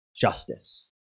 justice